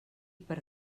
per